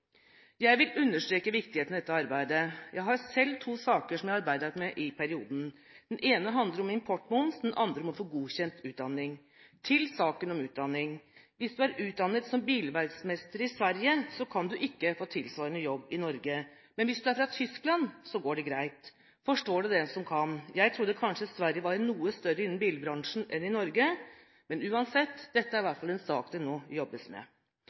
Jeg vil understreke viktigheten av dette arbeidet. Jeg har selv to saker jeg har arbeidet med i perioden. Den ene handler om importmoms, den andre om å få godkjent utdanning. Til saken om utdanning: Hvis du er utdannet som bilverksmester i Sverige, kan du ikke få tilsvarende jobb i Norge, men hvis du er fra Tyskland, så går det greit. Forstå det den som kan! Jeg trodde kanskje Sverige var noe større innenfor bilbransjen enn Norge, men uansett – dette er i hvert fall en sak det nå jobbes med.